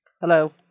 Hello